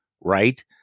right